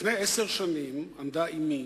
לפני עשר שנים עמדה אמי,